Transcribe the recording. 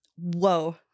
Whoa